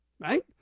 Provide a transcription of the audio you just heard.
right